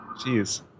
Jeez